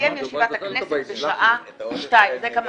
תסתיים ישיבת הכנסת בשעה 14:00. כך גם